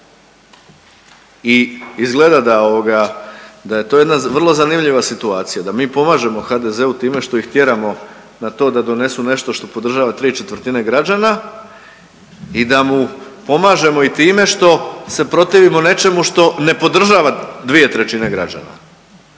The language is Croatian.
i izgleda da je to jedna vrlo zanimljiva situacija, da mi pomažemo HDZ-u time što ih tjeramo na to da donesu nešto što podržava 3/4 građana i da mu pomažemo i time što se protivimo nečemu što ne podržava 2/3 građana,